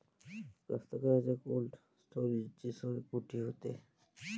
कास्तकाराइच्या कोल्ड स्टोरेजची सोय कुटी होते?